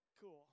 cool